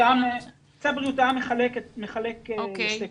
צו בריאות העם מחלק לשתי קבוצות.